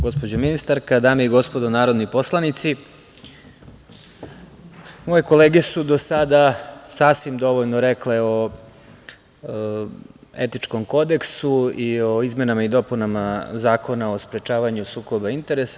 Gospođo ministarka, dame i gospodo narodni poslanici, moje kolege su do sada sasvim dovoljno rekle o etičkom kodeksu i o izmenama i dopunama Zakona o sprečavanju sukoba interesa.